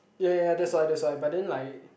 ya ya ya that's why that's why but then like